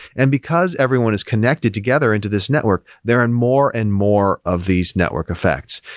and because everyone is connected together into this network, there are and more and more of these network effects,